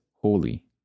holy